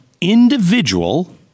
individual